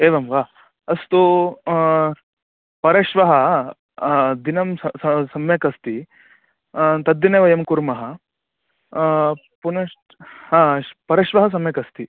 एवं वा अस्तु परश्वः दिनं सम्यक् अस्ति तद्दिने वयं कुर्मः पुनश्च परश्वः सम्यकस्ति